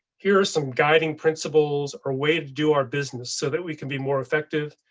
here are some guiding principles or way to do our business so that we can be more affective,